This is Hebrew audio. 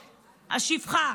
השפחה,